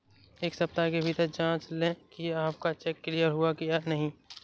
एक सप्ताह के भीतर जांच लें कि आपका चेक क्लियर हुआ है या नहीं